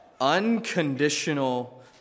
Unconditional